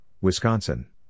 Wisconsin